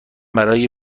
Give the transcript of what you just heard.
برای